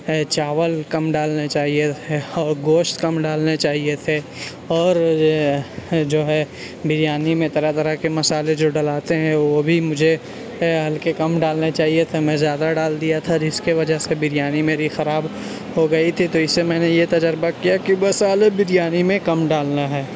چاول کم ڈالنے چاہیے تھے اور گوشت کم ڈالنے چاہیے تھے اور جو ہے بریانی میں طرح طرح کے مسالے جو ڈلاتے ہیں وہ بھی مجھے ہلکے کم ڈالنے چاہیے تھے میں زیادہ ڈال دیا تھا اور جس کی وجہ سے بریانی میری خراب ہو گئی تھی تو اس سے میں نے یہ تجربہ کیا کہ بس مصالحے بریانی میں کم ڈالنا ہے